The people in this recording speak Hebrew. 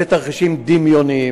אלה תרחישים דמיוניים,